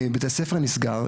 בתי הספר נסגרים,